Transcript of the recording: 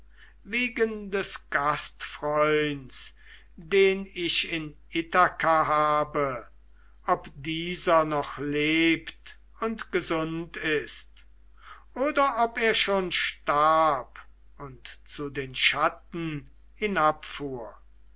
wegen des gastfreunds den ich in ithaka habe ob dieser noch lebt und gesund ist oder ob er schon starb und zu den schatten